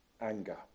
anger